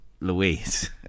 Louise